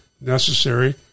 necessary